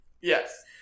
Yes